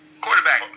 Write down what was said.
Quarterback